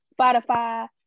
Spotify